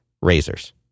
razors